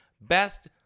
Best